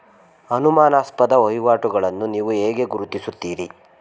ಅನುಮಾನಾಸ್ಪದ ವಹಿವಾಟುಗಳನ್ನು ನೀವು ಹೇಗೆ ಗುರುತಿಸುತ್ತೀರಿ?